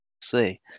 See